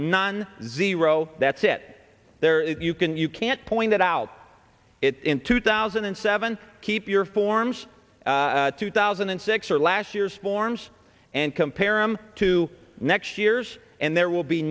none zero that's it there if you can you can't point it out it in two thousand and seven keep your forms two thousand and six or last year's forms and compare him to next year's and there will be